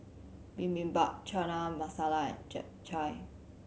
Bibimbap Chana Masala and Japchae